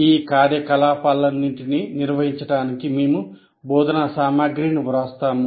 ఈ కార్యకలాపాలన్నింటినీ నిర్వహించడానికి మేము బోధనా సామగ్రిని వ్రాస్తాము